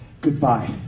Goodbye